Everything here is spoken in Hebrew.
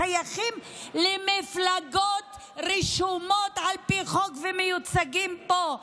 שייכים למפלגות רשומות על פי חוק ומיוצגים פה,